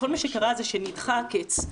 כל מה שקרה הוא שנדחה הקץ,